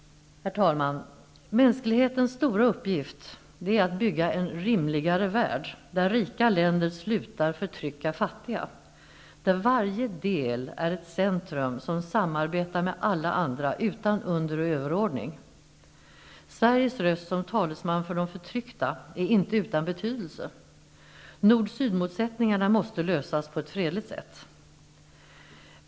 Herr talman! Mänsklighetens stora uppgift är att bygga en rimligare värld, där rika länder slutar förtrycka fattiga, där varje del är ett centrum som samarbetar med alla andra utan under och överordning. Sveriges röst som talesman för de förtryckta är inte utan betydelse. Nord--sydmotsättningarna måste lösas på ett fredligt sätt.